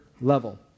level